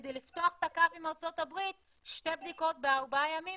כדי לפתוח את הקו עם ארצות-הברית שתי בדיקות בארבעה ימים,